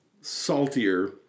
saltier